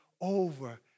over